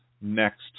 next